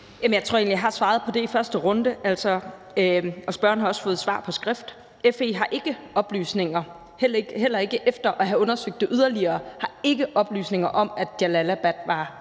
Jeg tror egentlig, jeg har svaret på det i første runde, og spørgeren har også fået svar på skrift. FE har ikke oplysninger, heller ikke efter at have undersøgt det yderligere, om, at Jalalabad var